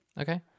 Okay